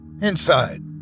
Inside